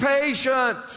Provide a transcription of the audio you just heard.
patient